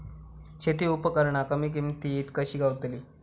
शेती उपकरणा कमी किमतीत कशी गावतली?